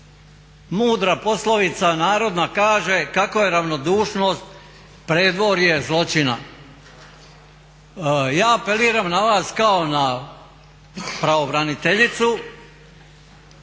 mudra poslovica narodna kaže kako je ravnodušnost predvorje zločina. Ja apeliram na vas kao na pravobraniteljicu